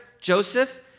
Joseph